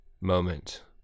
moment